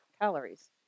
calories